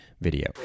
video